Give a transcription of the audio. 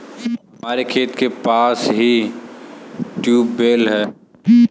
हमारे खेत के पास ही ट्यूबवेल है